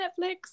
Netflix